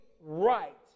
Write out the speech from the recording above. right